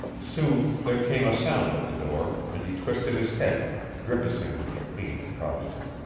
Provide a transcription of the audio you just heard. soon there came a sound at the door and he twisted his head, grimacing with the pain it caused him.